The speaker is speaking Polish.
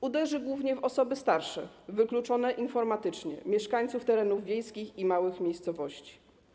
Uderzy to głównie w osoby starsze, wykluczone informatycznie, mieszkańców terenów wiejskich i małych miejscowości.